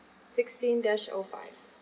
sixteen dash O five